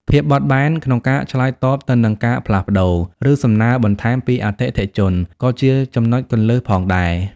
ភាពបត់បែន ក្នុងការឆ្លើយតបទៅនឹងការផ្លាស់ប្ដូរ ឬសំណើរបន្ថែមពីអតិថិជនក៏ជាចំណុចគន្លឹះផងដែរ។